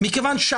חס ושלום.